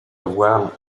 avoir